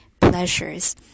pleasures